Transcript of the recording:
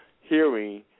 hearing